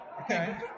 Okay